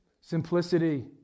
simplicity